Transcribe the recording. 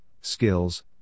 skills